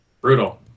brutal